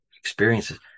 Experiences